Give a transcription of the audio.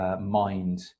mind